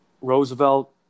Roosevelt